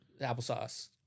applesauce